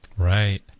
Right